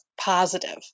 positive